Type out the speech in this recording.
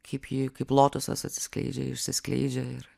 kaip ji kaip lotusas atsiskleidžia išsiskleidžia ir